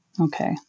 okay